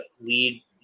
lead